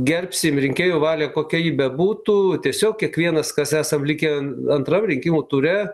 gerbsim rinkėjų valią kokia ji bebūtų tiesiog kiekvienas kas esam likę antram rinkimų ture